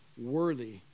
worthy